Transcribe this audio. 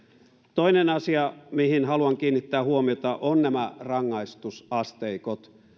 toinen asia mihin haluan kiinnittää huomiota ovat nämä rangaistusasteikot